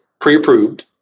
pre-approved